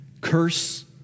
Curse